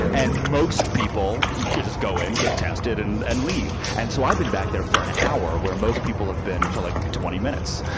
and most people just go in, get tested, and and leave. and so, i've been back there for an hour, where most people have been for like twenty minutes.